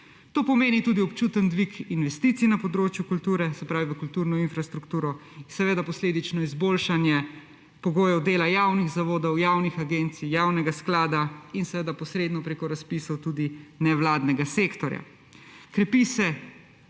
To pomeni tudi občuten dvig investicij na področju kulture, se pravi v kulturno infrastrukturo, seveda posledično izboljšanje pogojev dela javnih zavodov, javnih agencij, javnega sklada in posredno preko razpisov tudi nevladnega sektorja. Krepi se